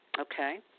okay